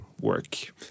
work